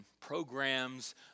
programs